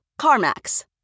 CarMax